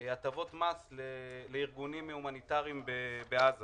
בקשה להטבות מס לארגונים הומניטריים בעזה